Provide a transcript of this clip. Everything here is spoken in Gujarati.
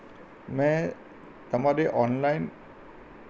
મેં તમારી ઓનલાઈન